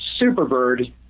Superbird